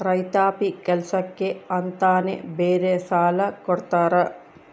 ರೈತಾಪಿ ಕೆಲ್ಸಕ್ಕೆ ಅಂತಾನೆ ಬೇರೆ ಸಾಲ ಕೊಡ್ತಾರ